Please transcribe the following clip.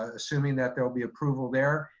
assuming that there'll be approval there,